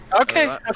Okay